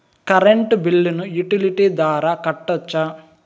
Current బిల్లును utility ద్వారా కట్టొచ్చా?